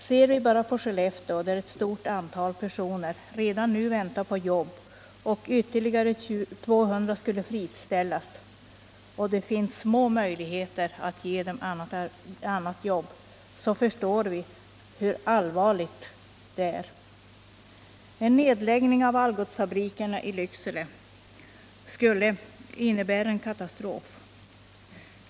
Ser vi bara på Skellefteå, där ett stort antal personer redan nu väntar på jobb och ytterligare 200 skulle friställas — och det finns små möjligheter att ge dem jobb — så förstår vi att det är allvarligt. En nedläggning av Algotsfabriken i Lycksele skulle ——-—- innebära en katastrof.